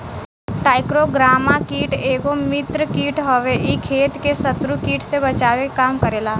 trichogramma कीट एगो मित्र कीट हवे इ खेत के शत्रु कीट से बचावे के काम करेला